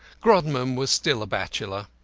grodman was still a bachelor.